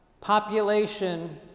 population